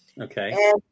Okay